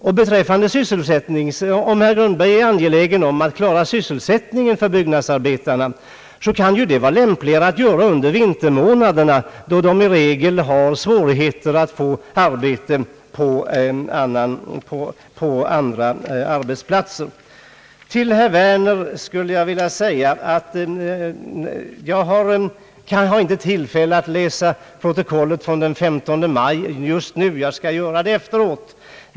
Om herr Lundberg är angelägen om att klara sysselsättningen för byggnadsarbetarna kan det vara lämpligt att tänka på den saken under vintermånaderna då de i regel har svårighet att få arbete på andra arbetsplatser. Till herr Werner skulle jag vilja säga att jag inte har tillfälle att läsa protokollet från den 15 maj just nu. Jag skall göra det efteråt.